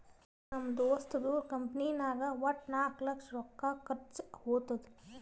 ನಮ್ ದೋಸ್ತದು ಕಂಪನಿನಾಗ್ ವಟ್ಟ ನಾಕ್ ಲಕ್ಷ ರೊಕ್ಕಾ ಖರ್ಚಾ ಹೊತ್ತುದ್